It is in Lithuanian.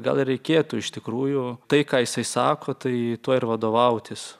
gal ir reikėtų iš tikrųjų tai ką jisai sako tai tuo ir vadovautis